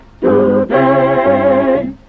today